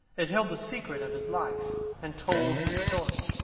it held the secret of his life, and told his story.